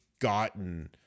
gotten